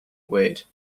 wait